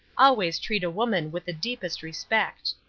always treat a woman with the deepest respect.